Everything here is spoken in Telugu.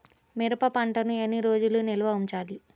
మిరప పంటను ఎన్ని రోజులు నిల్వ ఉంచాలి?